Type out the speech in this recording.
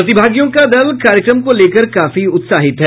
प्रतिभागियों का दल कार्यक्रम को लेकर काफी उत्साहित है